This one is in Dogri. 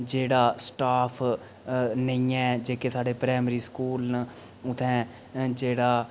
जेह्ड़ा स्टाफ नेईं ऐ जेह्के साढ़े प्राइमरी स्कूल न उत्थें जेह्ड़ा